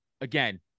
again